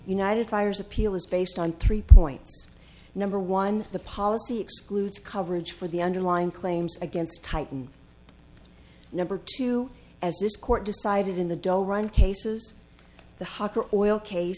united players appeal is based on three points number one the policy excludes coverage for the underlying claims against titan number two as this court decided in the don't run cases the hotter or oil case